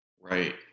right